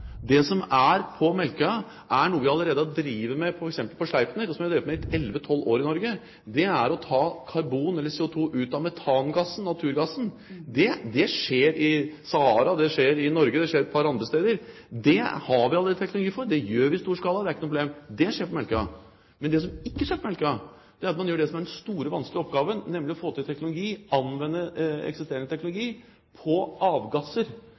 Det som er på Melkøya, er noe vi allerede driver med f.eks. på Sleipner, og som vi har drevet med i 11–12 år i Norge. Det er å ta karbon, eller CO2, ut av metangassen, naturgassen. Det skjer i Sahara, det skjer i Norge, og det skjer et par andre steder. Det har vi allerede teknologi for. Det gjør vi i stor skala, det er ikke noe problem – det skjer på Melkøya. Men det som ikke skjer på Melkøya, er det som er den store, vanskelige oppgaven, nemlig å få til teknologi, anvende eksisterende teknologi, på avgasser,